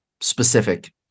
specific